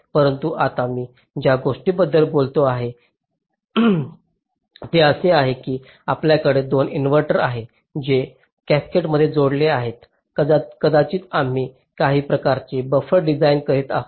परंतु आता मी ज्या गोष्टीबद्दल बोलत आहे ते असे आहे की आपल्याकडे दोन इन्व्हर्टर आहेत जे कॅसकेडमध्ये जोडलेले आहेत कदाचित आम्ही काही प्रकारचे बफर डिझाइन करीत आहोत